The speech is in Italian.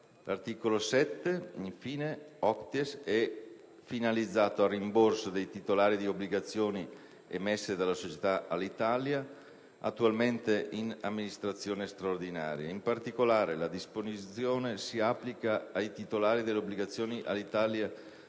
L'articolo 7-*octies* è infine finalizzato al rimborso dei titolari di obbligazioni emesse dalla società Alitalia, attualmente in amministrazione straordinaria. In particolare, la disposizione si applica ai titolari delle obbligazioni "Alitalia